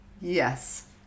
Yes